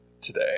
today